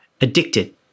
addicted